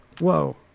Whoa